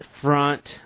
front